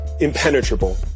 impenetrable